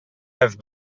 have